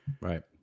Right